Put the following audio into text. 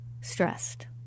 stressed